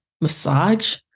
massage